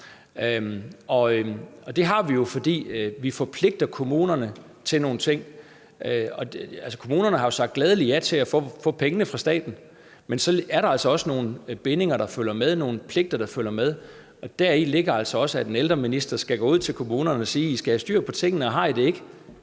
det har vi jo, fordi vi forpligter kommunerne til nogle ting. Kommunerne har gladelig sagt ja til at få pengene fra staten, men så er der altså også nogle bindinger, der følger med, nogle pligter, der følger med, og deri ligger altså også, at en ældreminister skal gå ud til kommunerne og sige: I skal have styr på tingene, og har I det ikke,